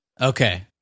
Okay